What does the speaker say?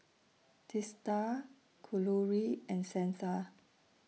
Teesta Kalluri and Santha